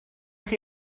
chi